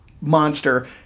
monster